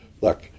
look